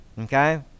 Okay